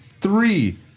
three